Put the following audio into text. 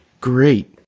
Great